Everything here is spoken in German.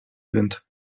sind